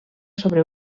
sobre